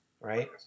right